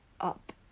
up